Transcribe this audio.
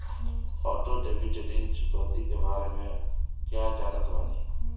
Auto debit ऋण चुकौती के बारे में कया जानत बानी?